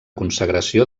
consagració